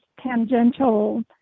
tangential